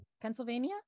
Pennsylvania